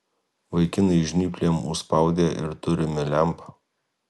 vaikinai žnyplėm užspaudė ir turime lempą